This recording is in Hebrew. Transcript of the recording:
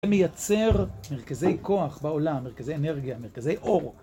מייצר מרכזי כוח בעולם, מרכזי אנרגיה, מרכזי אור.